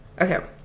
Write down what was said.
okay